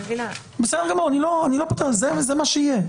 זה מה שיהיה.